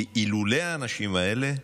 כי אילולא האנשים האלה,